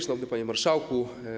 Szanowny Panie Marszałku!